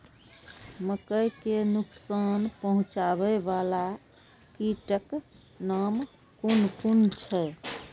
मके के नुकसान पहुँचावे वाला कीटक नाम कुन कुन छै?